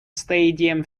stadium